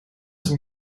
some